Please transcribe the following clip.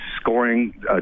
scoring